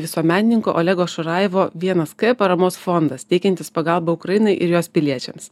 visuomenininko olego šurajevo vienas k paramos fondas teikiantis pagalbą ukrainai ir jos piliečiams